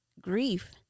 grief